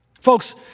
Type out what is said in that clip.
Folks